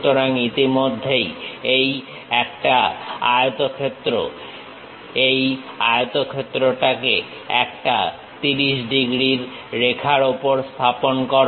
সুতরাং ইতিমধ্যেই এটা একটা আয়তক্ষেত্র এই আয়তক্ষেত্রটাকে একটা 30 ডিগ্রীর রেখার উপর স্থাপন করো